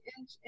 inch